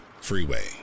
freeway